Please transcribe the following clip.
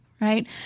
Right